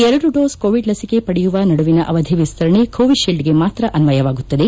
ಎರಡು dose Covid ಲಸಿಕೆ ಪಡೆಯುವ ನಡುವಿನ ಅವಧಿ ವಿಸ್ತರಣೆ ಕೋವಿಶೀಲ್ಡ್ಗೆ ಮಾತ್ರ ಅನ್ವಯವಾಗುತ್ತದೆ